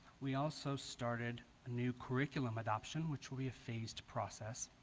we also started a new curriculum adoption which will be a phased process